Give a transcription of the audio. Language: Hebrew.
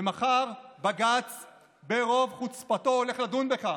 ומחר בג"ץ ברוב חוצפתו הולך לדון בכך.